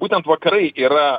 būtent vakarai yra